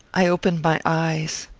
i opened my eyes.